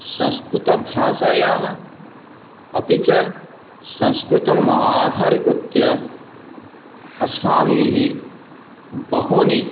संस्कृतभाषायाः अपि च संस्कृतम् आधारीकृत्य अस्माभिः बहूनि